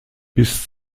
bis